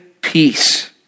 peace